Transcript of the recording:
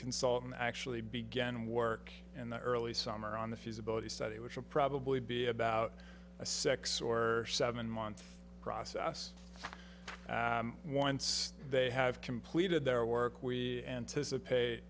consultant actually began work in the early summer on the fuse ability study which will probably be about a six or seven month process once they have completed their work we anticipate